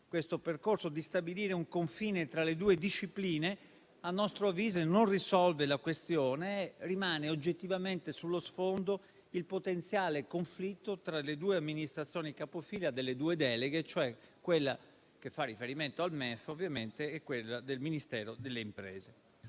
questo percorso, di stabilire un confine tra le due discipline a nostro avviso non risolve la questione e rimane oggettivamente sullo sfondo il potenziale conflitto tra le due amministrazioni capofila delle due deleghe, e cioè quella che fa riferimento al MEF, ovviamente, e quella del Ministero delle imprese.